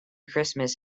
christmas